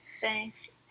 Thanks